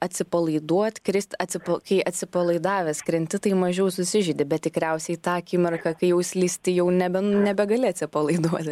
atsipalaiduot krist atsipo kai atsipalaidavęs krenti tai mažiau susižeidi bet tikriausiai tą akimirką kai jau slysti jau nebe nebegali atsipalaiduoti